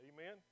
Amen